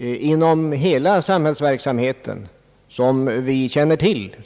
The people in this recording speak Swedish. inom hela samhällsverksamheten som vi känner till